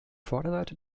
vorderseite